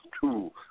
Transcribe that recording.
two